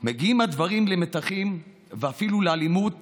מגיעים הדברים למתחים ואפילו לאלימות